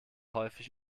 häufig